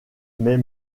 mais